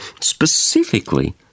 specifically